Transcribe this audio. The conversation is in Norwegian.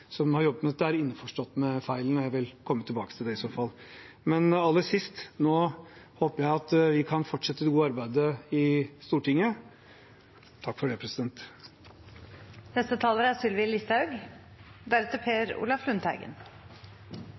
som har jobbet med dette, er innforstått med feilene, og jeg vil komme tilbake til det i så fall. Men aller sist: Nå håper jeg at vi kan fortsette det gode arbeidet i Stortinget. Takk for det.